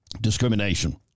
Discrimination